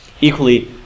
Equally